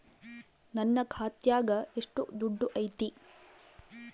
ನನ್ನ ಖಾತ್ಯಾಗ ಎಷ್ಟು ದುಡ್ಡು ಐತಿ?